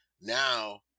Now